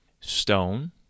Stone